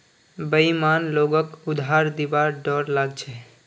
बेईमान लोगक उधार दिबार डोर लाग छ